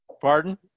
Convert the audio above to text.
Pardon